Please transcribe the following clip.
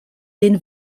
den